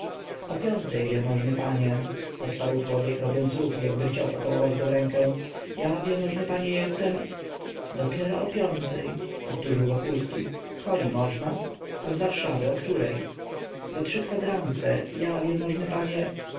o piątej wielmożny panie odparł człowiek robiąc ruch jakby chciał pocałować go w rękę ja wielmożny panie jestem dopiero o piątej powtórzył wokulski koni można a z warszawy o której za trzy kwadranse ja wielmożny panie